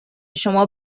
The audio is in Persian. شما